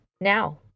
now